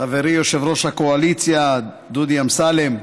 חברי יושב-ראש הקואליציה דודי אמסלם,